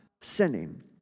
sinning